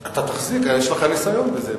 אתה תחזיק, יש לך ניסיון בזה.